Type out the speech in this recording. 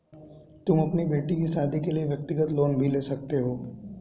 तुम अपनी बेटी की शादी के लिए व्यक्तिगत लोन भी ले सकती हो